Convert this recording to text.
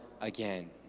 again